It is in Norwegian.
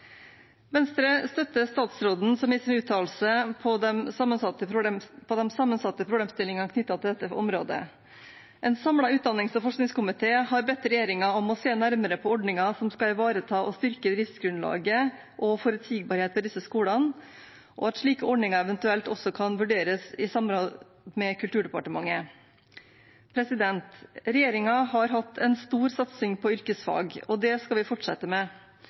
Venstre støtter statsrådens uttalelse om de sammensatte problemstillingene knyttet til dette området. En samlet utdannings- og forskningskomité har bedt regjeringen om å se nærmere på ordninger som skal ivareta og styrke livsgrunnlaget og forutsigbarheten til disse skolene, og på om slike ordninger eventuelt også kan vurderes i samråd med Kulturdepartementet. Regjeringen har hatt en stor satsing på yrkesfag, og det skal vi fortsette med.